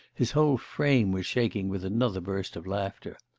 his whole frame was shaking with another burst of laughter.